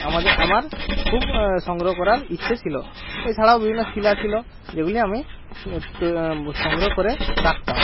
আমাদের আমার খুব সংগ্রহ করার ইচ্ছে ছিল এছাড়াও বিভিন্ন শিলা ছিল যেগুলি আমি সংগ্রহ করে রাখতাম